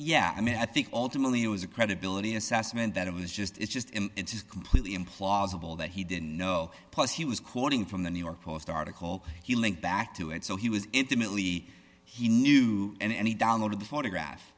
yeah i mean i think ultimately it was a credibility assessment that it was just it's just it's just completely implausible that he didn't know plus he was quoting from the new york post article you linked back to it so he was intimately he knew and he downloaded the photograph